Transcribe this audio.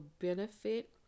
benefit